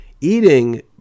eating